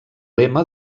lema